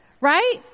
Right